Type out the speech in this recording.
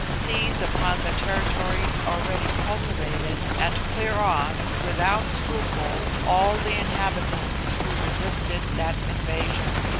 seize upon the territories already cultivated, and clear off, without scruple, all the inhabitants who resisted that invasion.